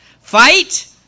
Fight